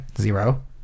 zero